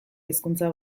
hizkuntza